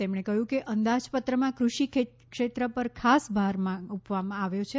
તેમણે કહ્યું કે અંદાજપત્રમાં કૃષિક્ષેત્ર પર ખાસ ભાર આપવામાં આવ્યો છે